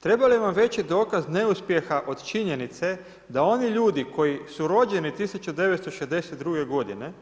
Treba li vam veći dokaz neuspjeha od činjenice, da oni ljudi koji su rođeni 1962. g.